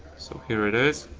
so here it is.